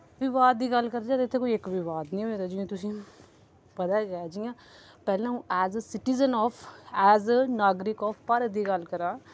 विवाद दी गल्ल करचै तां इत्थै कोई इक विवाद ते नेईं होए दा जि'यां तुसें ई पता गै जि'यां पैह्लें अ'ऊं as a citizen of as नागरिक आफ भारत दी गल्ल करां